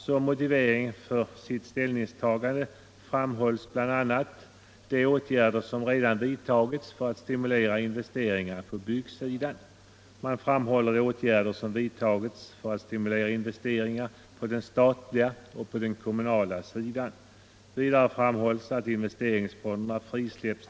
Som motivering för ställningstagandet framhålls bl.a. de åtgärder som redan vidtagits för att stimulera investeringar på byggsidan och på den statliga och kommunala sidan. Vidare framhålles att investeringsfonderna frisläppts t.